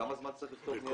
כמה זמן צריך לכתוב נייר כזה?